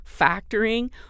factoring